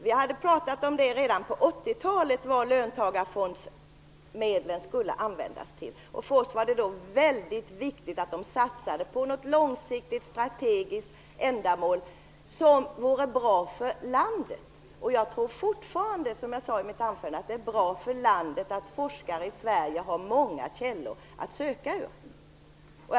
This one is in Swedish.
Vi hade redan på 80-talet pratat om vad löntagarfondsmedlen skulle användas till, och för oss var det väldigt viktigt att de satsades på något långsiktigt strategiskt ändamål som vore bra för landet. Jag tror fortfarande, som jag sade i mitt anförande, att det är bra för landet att forskare i Sverige har många källor att ösa ur.